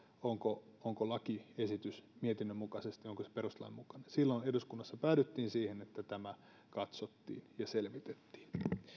onko onko lakiesitys mietinnön mukaisesti perustuslain mukainen silloin eduskunnassa päädyttiin siihen että tämä katsottiin ja selvitettiin